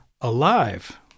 alive